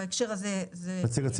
לישיבה